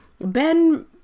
Ben